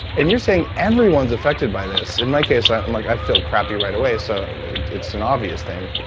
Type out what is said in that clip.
and you're saying everyone's affected by this. in my case, i and like i feel crappy right away, so it's an obvious thing.